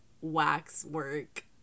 waxwork